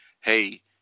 hey